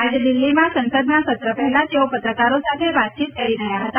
આજે દિલ્હીમાં સંસદના સત્ર પહેલાં તેઓ પત્રકારો સાથે વાતચીત કરી રહ્યા હતા